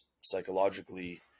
psychologically